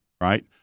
right